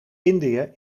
indië